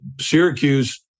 Syracuse